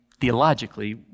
theologically